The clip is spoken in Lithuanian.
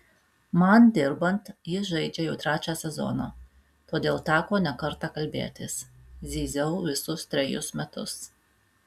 man dirbant jis žaidžia jau trečią sezoną todėl teko ne kartą kalbėtis zyziau visus trejus metus